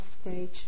stage